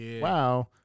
wow